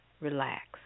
relax